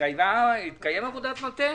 התקיימה עבודת מטה?